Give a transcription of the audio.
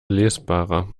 lesbarer